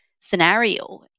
scenario